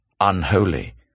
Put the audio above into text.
unholy